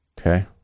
okay